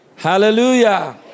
Hallelujah